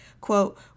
quote